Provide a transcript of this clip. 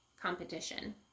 competition